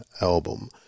album